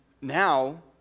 now